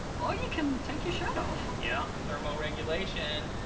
or you can take your shirt off. yeah, thermo-regulation!